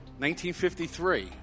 1953